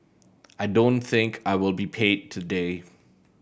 I don't think I will be paid today